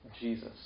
Jesus